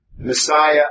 Messiah